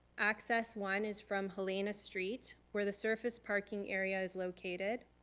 access one is from helena street where the surface parking area is located.